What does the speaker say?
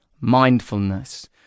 Mindfulness